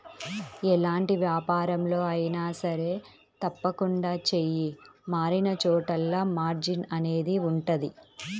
ఎలాంటి వ్యాపారంలో అయినా సరే తప్పకుండా చెయ్యి మారినచోటల్లా మార్జిన్ అనేది ఉంటది